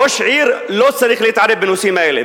ראש עיר לא צריך להתערב בנושאים האלה,